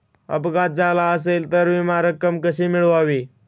अपघात झाला असेल तर विमा रक्कम कशी मिळवावी?